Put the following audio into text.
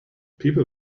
people